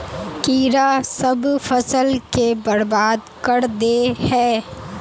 कीड़ा सब फ़सल के बर्बाद कर दे है?